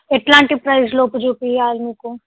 ఎట్లాంటి ప్రైజ్లోపు చూపించాలి మీకు